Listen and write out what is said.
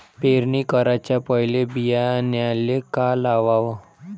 पेरणी कराच्या पयले बियान्याले का लावाव?